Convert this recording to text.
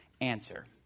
answer